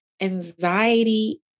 Anxiety